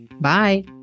Bye